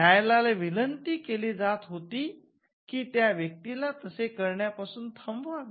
न्यायालयाला विनंती केली जात होती की त्या व्यक्तीला तसे करण्यापासून प्रतिबंध करावा